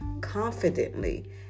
confidently